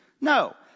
No